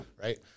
right